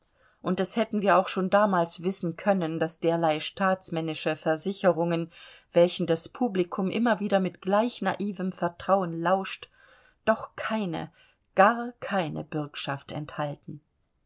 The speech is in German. und das hätten wir auch schon damals wissen können daß derlei staatsmännische versicherungen welchen das publikum immer wieder mit gleich naivem vertrauen lauscht doch keine gar keine bürgschaft enthalten